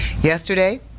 Yesterday